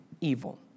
evil